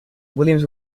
williams